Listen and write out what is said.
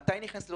מתי היא נכנסת,